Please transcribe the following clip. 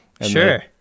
sure